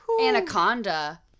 Anaconda